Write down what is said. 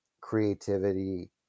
creativity